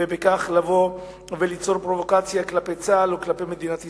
ובכך לבוא וליצור פרובוקציה כלפי צה"ל וכלפי מדינת ישראל,